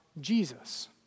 Jesus